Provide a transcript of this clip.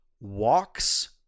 walks